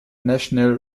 national